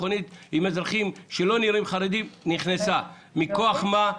מכונית עם אזרחים שלא נראים חרדים נכנסה מכוח מה?